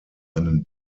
einen